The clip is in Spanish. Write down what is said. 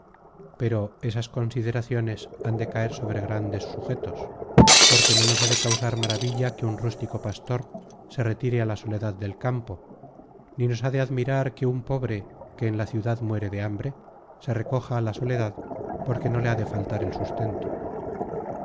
pero esas consideraciones han de caer sobre grandes sugetos porque no nos ha de causar maravilla que un rústico pastor se retire á la soledad del campo ni nos ha de admirar que un pobre que en la ciudad muere de hambre se recoja á la soledad donde no le ha de faltar el sustento